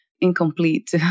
incomplete